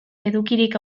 edukirik